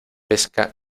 pesca